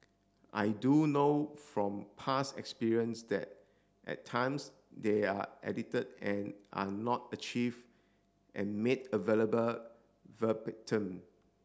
I do know from past experience that at times they are edited and are not achieved and made available verbatim